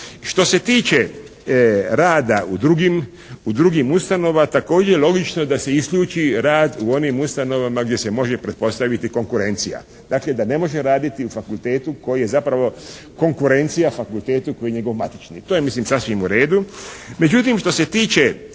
Što se tiče rada u drugim ustanovama također je logično da se isključi rad u onim ustanovama gdje se može pretpostaviti konkurencija. Dakle, da ne može raditi u fakultetu koji je zapravo konkurencija fakultetu koji je njegov matično. To je mislim sasvim u redu.